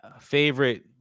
favorite